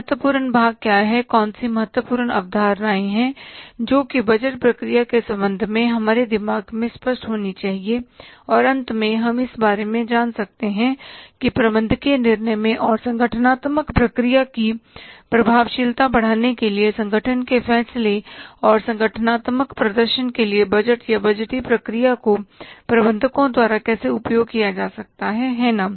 महत्वपूर्ण भाग क्या हैं कौन सी महत्वपूर्ण अवधारणाएं हैं जोकि बजट प्रक्रिया के संबंध में हमारे दिमाग में स्पष्ट होनी चाहिए और अंत में हम इस बारे में जान सकते हैं कि प्रबंधकीय निर्णय में और संगठनात्मक प्रक्रिया की प्रभावशीलता बढ़ाने के लिए संगठन के फैसले और संगठनात्मक प्रदर्शन के लिए बजट या बजटीय प्रक्रिया को प्रबंधकों द्वारा कैसे उपयोग किया जा सकता है है ना